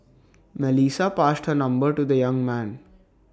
Melissa passed her number to the young man